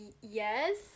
Yes